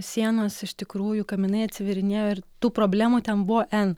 sienos iš tikrųjų kaminai atsivėrinėjo ir tų problemų ten buvo n